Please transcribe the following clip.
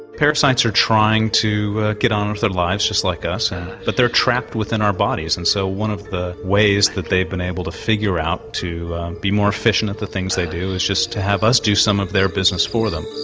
parasites are trying to get on with their lives, just like us but they're trapped within our bodies and so one of the ways that they've been able to figure out to be more efficient at the things they do is just to have us do some of their business for them.